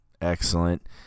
Excellent